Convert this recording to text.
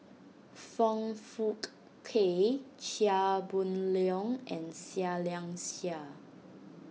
Foong Fook Kay Chia Boon Leong and Seah Liang Seah